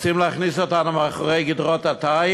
רוצים להכניס אותנו מאחורי גדרות התיל?